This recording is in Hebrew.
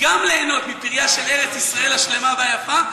גם ליהנות מפריה של ארץ-ישראל השלמה והיפה,